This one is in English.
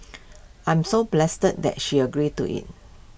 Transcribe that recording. I'm so blessed that that she agreed to IT